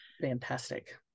Fantastic